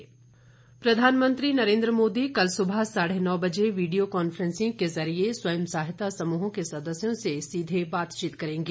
प्रधानमंत्री संवाद प्रधानमंत्री नरेन्द्र मोदी कल सवेरे साढे नौ बजे वीडियो कॉन्फ्रेंसिंग के जरिए स्वयं सहायता समूहों के सदस्यों से सीधे बातचीत करेंगे